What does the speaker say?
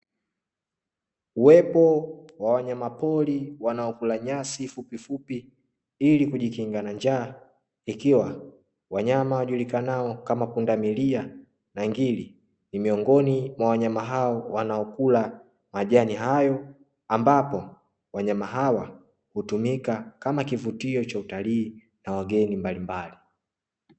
Uwepo wa wanyamapori wanaokula nyasi fupifupi ili kujikinga na njaa, ikiwa wanyama wajulikanao kama pundamilia na ngiri ni miongoni mwa wanyama hao wanaokula majani hayo, ambapo wanyama hawa hutumika kama kivutio cha utalii na wageni mbalimbali.